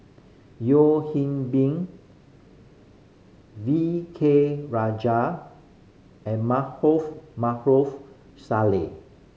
Yeo Hwee Bin V K Rajah and Maarof Salleh